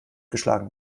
geschlagen